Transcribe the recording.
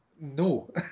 No